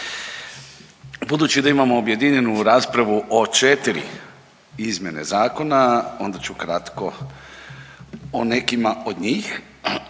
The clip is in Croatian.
Budući da imamo objedinjenu raspravu o četiri izmjene zakona onda ću kratko o nekima od njih.